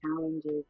challenges